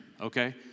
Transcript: okay